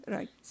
Right